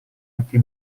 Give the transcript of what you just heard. anche